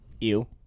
Ew